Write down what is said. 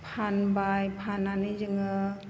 फानबाय फाननानै जोङो